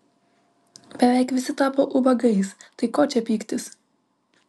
beveik visi tapo ubagais tai ko čia pyktis